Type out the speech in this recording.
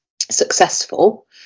successful